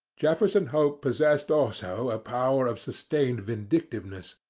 jefferson hope possessed also a power of sustained vindictiveness,